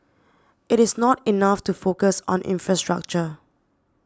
it is not enough to focus on infrastructure